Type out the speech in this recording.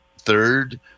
third